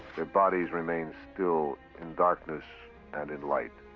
their bodies remain still in darkness and in light.